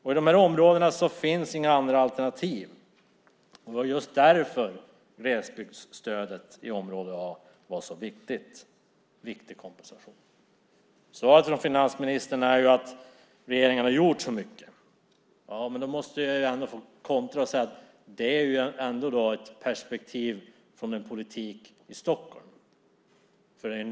I dessa områden finns inga andra alternativ, och därför var glesbygdsstödet i område A en viktig kompensation. Svaret från finansministern är att regeringen gjort mycket. Då måste jag kontra med att säga att det är ett Stockholmsperspektiv på den politik som förs.